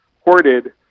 hoarded